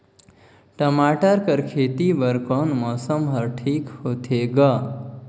टमाटर कर खेती बर कोन मौसम हर ठीक होथे ग?